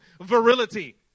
virility